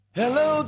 hello